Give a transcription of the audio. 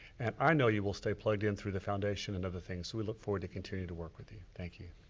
and i know you will stay plugged in through the foundation and other things so we look forward to continue to work with you, thank you.